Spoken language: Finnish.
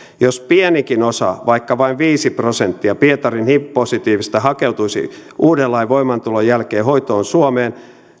jos pienikin osa vaikka vain viisi prosenttia pietarin hiv positiivisista hakeutuisi uuden lain voimaantulon jälkeen hoitoon suomeen